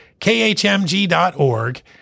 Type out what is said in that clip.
khmg.org